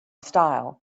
style